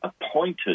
appointed